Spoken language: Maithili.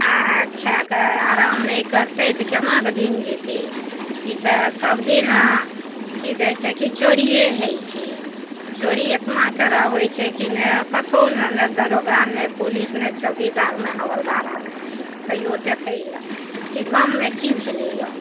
आओर खा कऽ आराम नहि करतइ तऽ केना कऽ दिन जेतय ई तऽ सब दिन की कहय छै कि चोरिये होइ छै चोरी एतना कराबय छै कि नहि कथौ दरोगा नहि पुलिस नहि चौकीदार नहि हवलदार आबय छै कहियो देखय लए की गाममे की भेलय यऽ